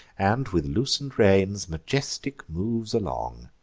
and, with loosen'd reins, majestic moves along,